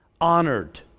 honored